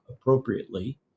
appropriately